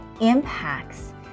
impacts